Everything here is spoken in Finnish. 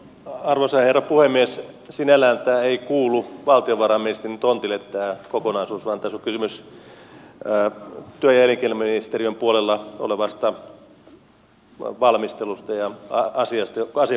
sinällään tämä kokonaisuus ei kuulu valtiovarainministerin tontille vaan tässä on kysymys työ ja elinkeinoministeriön puolella olevasta valmistelusta ja asiakokonaisuudesta